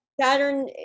Saturn